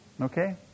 okay